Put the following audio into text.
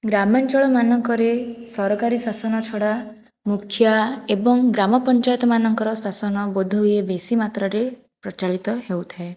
ଗ୍ରାମାଞ୍ଚଳ ମାନଙ୍କରେ ସରକାରୀ ଶାସନ ଛଡ଼ା ମୁଖିଆ ଏବଂ ଗ୍ରାମପଞ୍ଚାୟତ ମାନଙ୍କର ଶାସନ ବୋଧହୁଏ ବେଶୀ ମାତ୍ରାରେ ପ୍ରଚଳିତ ହେଉଥାଏ